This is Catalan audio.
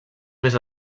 més